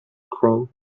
crawled